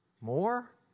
more